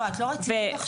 לא, את לא רצינית עכשיו.